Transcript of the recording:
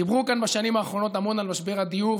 דיברו כאן בשנים האחרונות המון על משבר הדיור,